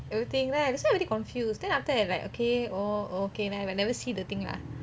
everything right that's why I very confused then after that I like okay oh oh okay then I never see the thing lah